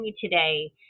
today